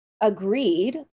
agreed